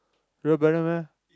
real brother meh